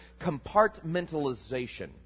compartmentalization